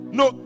no